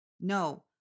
No